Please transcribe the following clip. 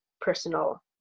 personal